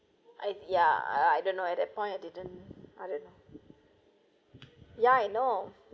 I ya I don't know at that point I didn't I don't know yeah I know